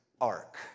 ark